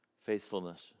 faithfulness